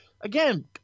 again